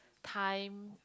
time